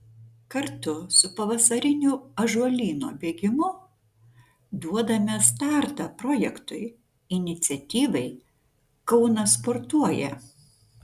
kartu su pavasariniu ąžuolyno bėgimu duodame startą projektui iniciatyvai kaunas sportuoja